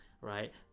right